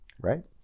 right